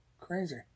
Crazy